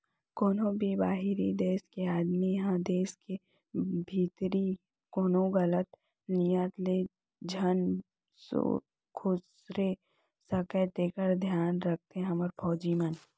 कोनों भी बाहिरी देस के आदमी ह देस के भीतरी कोनो गलत नियत ले झन खुसरे सकय तेकर धियान राखथे हमर फौजी मन ह